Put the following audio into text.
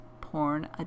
porn